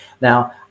Now